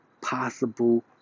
possible